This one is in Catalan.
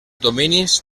dominis